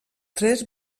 tres